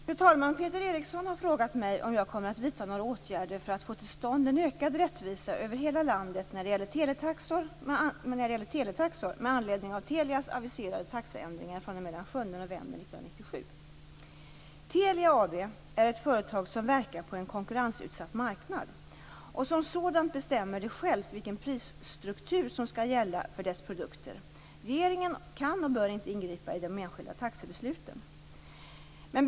Fru talman! Peter Eriksson har frågat mig om jag kommer att vidta några åtgärder för att få till stånd en ökad rättvisa över hela landet när det gäller teletaxor, med anledning av Telias aviserade taxeändringar fr.o.m. den 7 november 1997. Telia AB är ett företag som verkar på en konkurrensutsatt marknad, och som sådant bestämmer det självt vilken prisstruktur som skall gälla för dess produkter. Regeringen kan och bör inte ingripa i de enskilda taxebesluten.